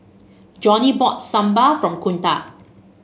Johnny bought Sambar from Kunta